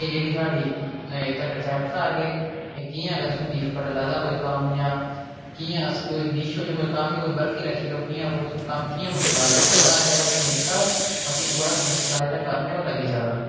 जियां आक्खेआ जंदा की कुआं गै पैसे कोल जंदा कुस निक्के बंदे जां कुसै बड्डे बंदे कोला ज्ञान लैना होऐ ते तां निक्का बंदा गै जंदा ते इस आस्तै ते उस दा उदाहरण दिन्ने न जिसलै बत्ती जलाने ते उसगी